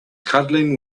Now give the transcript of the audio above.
cuddling